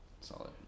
Solid